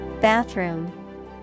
Bathroom